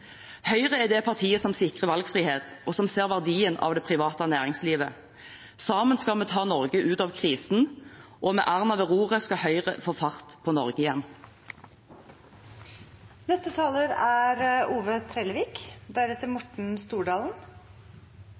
Høyre er det partiet som sikrer valgfrihet, og som ser verdien av det private næringslivet. Sammen skal vi ta Norge ut av krisen, og med Erna ved roret skal Høyre få fart på Norge igjen. Regjeringa sin strategi for å ta Noreg trygt ut av koronakrisa er